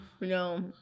No